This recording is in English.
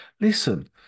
Listen